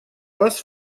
вас